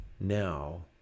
now